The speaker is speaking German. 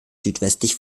südwestlich